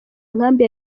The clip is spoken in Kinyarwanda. nkambi